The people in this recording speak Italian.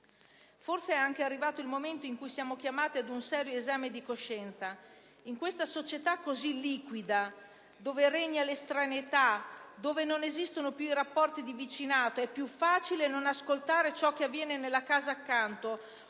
Forse è anche arrivato il momento in cui siamo chiamati ad un serio esame di coscienza, in questa società così liquida, dove regna l'estraneità, dove non esistono più i rapporti di vicinato, in cui è più facile non ascoltare ciò che avviene nella casa accanto